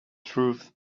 truth